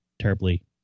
terribly